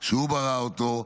שהוא ברא אותו,